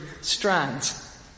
strands